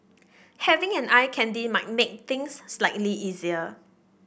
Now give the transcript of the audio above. having an eye candy might make things slightly easier